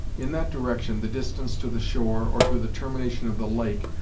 in that direction, the distance to the shore, or to the termination of the lake,